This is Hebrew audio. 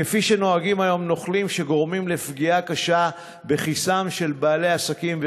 כפי שנוהגים היום נוכלים שגורמים לפגיעה קשה בכיסם של בעלי עסקים.